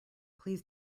please